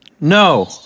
No